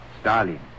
Stalin